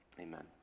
Amen